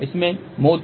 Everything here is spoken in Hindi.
इसमें मो था